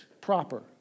proper